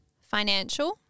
financial